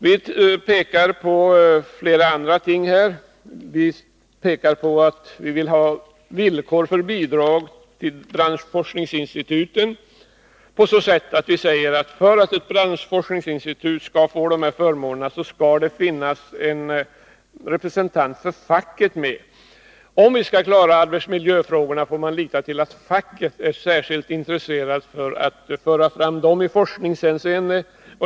Vi vill att det skall uppställas villkor för att bidrag skall utgå till branschforskningsinstituten. För att ett branschforskningsinstitut skall kunna få dessa förmåner skall det finnas en representant med från facket. Om arbetsmiljöfrågorna skall klaras av får man lita till att facket är särskilt intresserat av att föra fram dessa frågor i forskningshänseende.